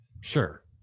sure